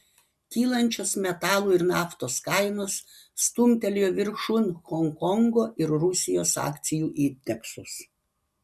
kylančios metalų ir naftos kainos stumtelėjo viršun honkongo ir rusijos akcijų indeksus